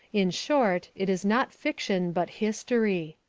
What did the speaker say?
in short, it is not fiction but history.